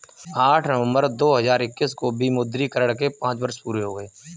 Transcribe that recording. आठ नवंबर दो हजार इक्कीस को विमुद्रीकरण के पांच वर्ष पूरे हो गए हैं